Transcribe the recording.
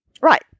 Right